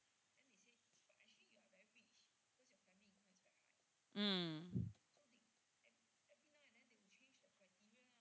mm